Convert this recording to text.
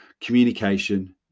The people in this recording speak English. communication